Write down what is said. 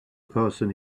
person